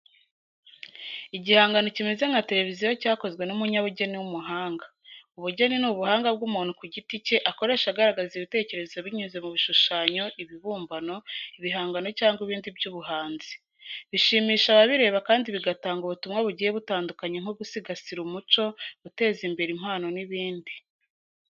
Igihangano kimeze nka televiziyo cyakozwe n'umunyabugeni w'umuhanga. Ubugeni ni ubuhanga bw'umuntu ku giti cye akoresha agaragaza ibitekerezo binyuze mu bishushanyo, ibibumbano, ibihangano cyangwa ibindi by’ubuhanzi. Bishimisha ababireba kandi bigatanga ubutumwa bugiye butandukanye nko gusigasira umuco, guteza imbere impano n'ibindi.